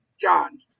John